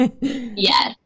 Yes